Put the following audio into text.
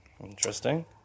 Interesting